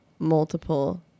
Multiple